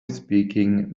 speaking